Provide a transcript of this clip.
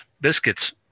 biscuits